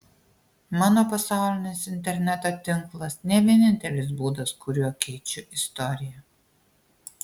mano pasaulinis interneto tinklas ne vienintelis būdas kuriuo keičiu istoriją